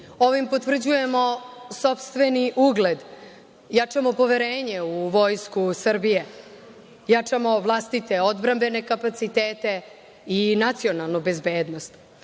Ovim potvrđujemo sopstveni ugled, jačamo poverenje u Vojsku Srbije, jačamo vlastite odbrambene kapacitete i nacionalnu bezbednost. Ono